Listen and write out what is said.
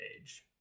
age